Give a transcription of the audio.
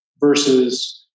versus